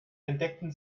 entdeckten